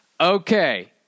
Okay